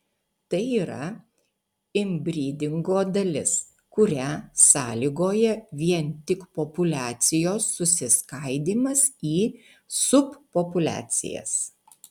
tai yra inbrydingo dalis kurią sąlygoja vien tik populiacijos susiskaidymas į subpopuliacijas